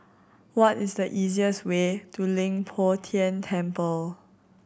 what is the easiest way to Leng Poh Tian Temple